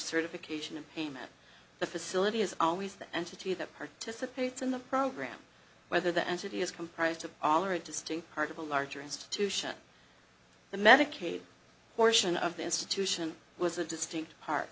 certification and payment the facility is always the entity that participates in the program whether the entity is comprised of all or a distinct part of a larger institution the medicaid portion of the institution was a distinct part